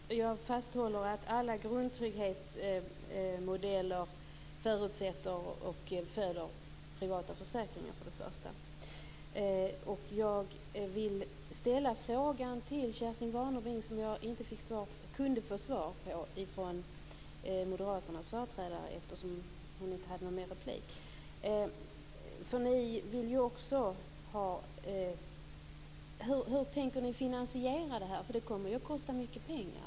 Herr talman! Jag vidhåller att alla grundtrygghetsmodeller förutsätter och föder privata försäkringar. Jag vill ställa den fråga till Kerstin Warnerbring som jag inte kunde få svar på från moderaternas företrädare eftersom hon inte hade fler repliker. Hur tänker ni finansiera detta? Det kommer att kosta mycket pengar.